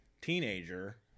teenager